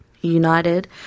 United